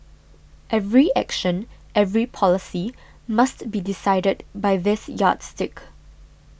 every action every policy must be decided by this yardstick